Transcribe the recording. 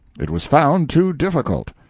it was found too difficult.